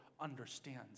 understands